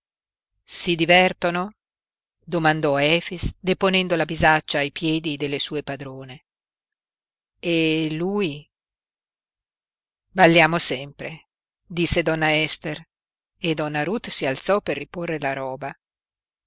si divertono domandò efix deponendo la bisaccia ai piedi delle sue padrone e lui balliamo sempre disse donna ester e donna ruth si alzò per riporre la roba